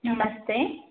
ನಮಸ್ತೆ